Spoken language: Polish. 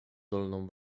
dolną